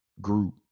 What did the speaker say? group